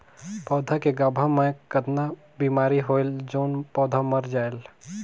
पौधा के गाभा मै कतना बिमारी होयल जोन पौधा मर जायेल?